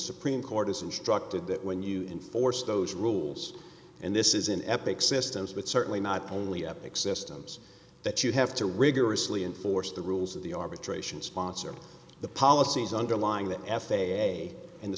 supreme court has instructed that when you enforce those rules and this is an epic systems with certainly not only epic systems that you have to rigorously enforce the rules of the arbitration sponsor the policies underlying the f a a and the